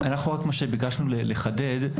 ביקשנו לחדד,